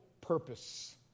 purpose